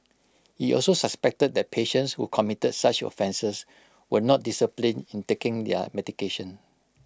he also suspected that patients who committed such offences were not disciplined in taking their medication